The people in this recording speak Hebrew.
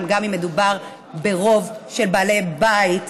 גם אם מדובר ברוב של בעלי בית,